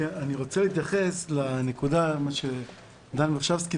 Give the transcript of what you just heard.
אני רוצה להתייחס לנקודה שדיבר עליה דן ורשבסקי